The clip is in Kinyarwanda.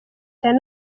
cyane